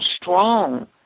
strong